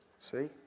See